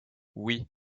oui